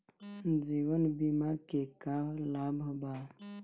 जीवन बीमा के का लाभ बा?